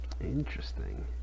Interesting